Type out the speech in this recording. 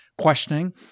questioning